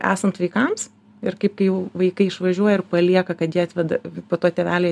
esant vaikams ir kaip kai jau vaikai išvažiuoja ir palieka kad jį atveda po to tėveliai